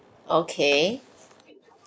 okay